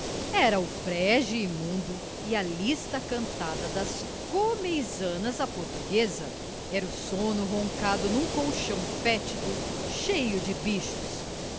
era o frege imundo e a lista cantada das comezainas à portuguesa era o sono roncado num colchão fétido cheio de bichos